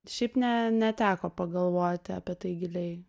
šiaip ne neteko pagalvoti apie tai giliai